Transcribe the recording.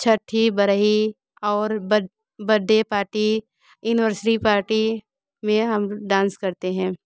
छट्ठी बरही और बड बड्डे पाटी इनवर्सरी पार्टी में हम डांस करते हैं